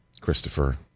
Christopher